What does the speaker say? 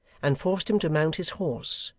and forced him to mount his horse,